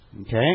Okay